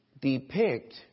depict